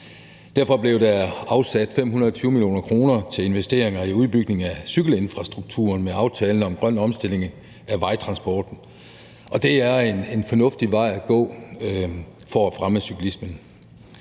Derfor blev der afsat 520 mio. kr. til investeringer i udbygning af cykelinfrastrukturen med aftalen om grøn omstilling af vejtransporten. Og det er en fornuftig vej at gå for at fremme cyklismen.